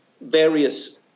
various